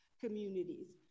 communities